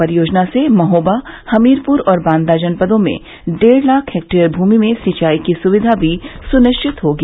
परियोजना से महोबा हमीरपुर और बांदा जनपदों में डेढ़ लाख हेक्टेयर भूमि में सिंचाई की सुविधा भी सुनिश्चित होगी